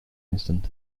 instant